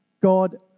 God